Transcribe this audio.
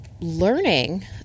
learning